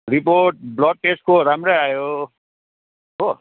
report blood टेस्टको राम्रै आयो हो